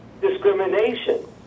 discrimination